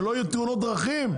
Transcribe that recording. שלא יהיו תאונות דרכים.